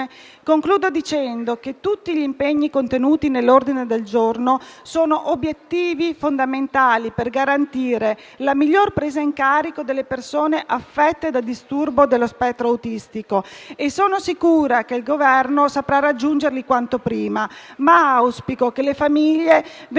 concludo dicendo che tutti gli impegni contenuti nell'ordine del giorno sono obiettivi fondamentali per garantire la miglior presa in carico delle persone affette da disturbo dello spettro autistico e sono sicura che il Governo saprà raggiungerli quanto prima. Auspico però che le famiglie vengano sempre